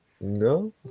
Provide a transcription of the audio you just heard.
No